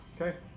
Okay